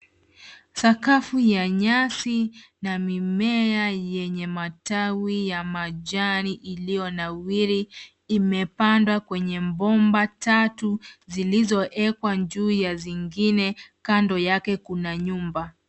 Sakafu ya nyasi na mimea yenye matawi ya majani iliyo nawiri imepandwa kwenye bomba tatu zilizowekwa juu ya zingine kando yake kuna nyumba.